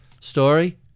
story